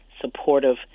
supportive